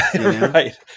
right